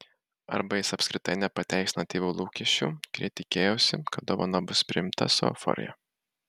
arba jis apskritai nepateisina tėvų lūkesčių kurie tikėjosi kad dovana bus priimta su euforija